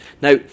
Now